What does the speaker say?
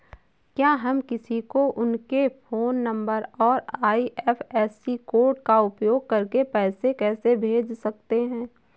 क्या हम किसी को उनके फोन नंबर और आई.एफ.एस.सी कोड का उपयोग करके पैसे कैसे भेज सकते हैं?